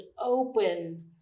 open